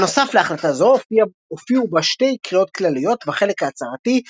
בנוסף להחלטה זו הופיעו בה שתי קריאות כלליות בחלק ההצהרתי,